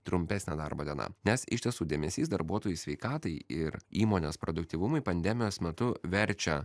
trumpesnė darbo diena nes iš tiesų dėmesys darbuotojų sveikatai ir įmonės produktyvumui pandemijos metu verčia